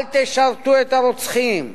אל תשרתו את הרוצחים,